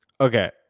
Okay